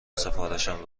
سفارشم